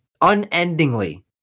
unendingly